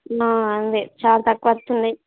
బాగుంది చాలా తక్కువ వస్తున్నాయి